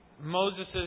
Moses